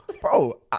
bro